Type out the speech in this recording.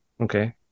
Okay